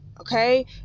okay